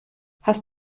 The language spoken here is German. hast